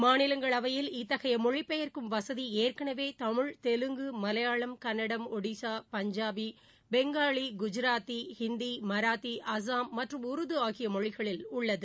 மாநிலங்களவையில் இத்தகையமொழிபெயர்க்கும் வசதிஏற்கெனவேதமிழ் தெலுங்கு மலையாளம் கன்னடம் ஒடிசா பஞ்சாப் பெங்காளி குஜராத்தி ஹிந்தி மராத்தி அசாம் மற்றும் உருதுஆகியமொழிகளில் உள்ளது